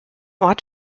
ort